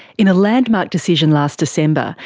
in a landmark decision last december,